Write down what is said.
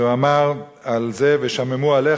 שאמר על זה: "ושממו עליה,